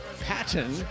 Patton